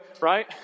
right